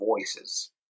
voices